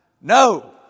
No